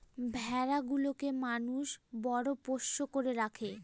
ভেড়া গুলোকে মানুষ বড় পোষ্য করে রাখে